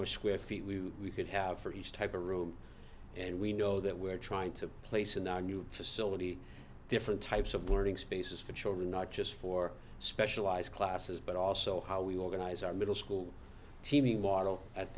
much square feet we could have for each type a room and we know that we're trying to place in our new facility different types of learning spaces for children not just for specialized classes but also how we organize our middle school te